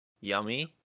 yummy